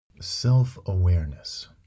Self-awareness